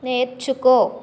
నేర్చుకో